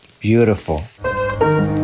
beautiful